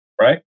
right